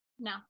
No